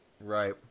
Right